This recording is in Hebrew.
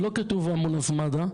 שלא כתוב אמבולנס מד"א,